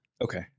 Okay